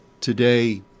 today